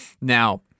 Now